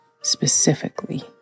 Specifically